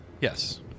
Yes